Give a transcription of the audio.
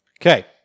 Okay